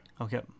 Okay